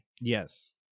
yes